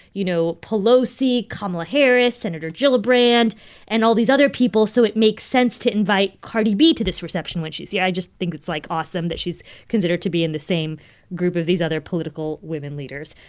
you know, pelosi, kamala harris, senator gillibrand and all these other people. so it makes sense to invite cardi b to this reception when she's here yeah i just think it's, like, awesome that she's considered to be in the same group of these other political women leaders.